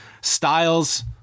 Styles